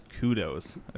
kudos